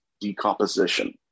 decomposition